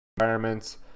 environments